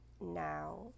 Now